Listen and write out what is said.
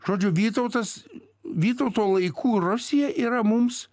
žodžiu vytautas vytauto laikų rusija yra mums